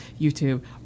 YouTube